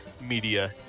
media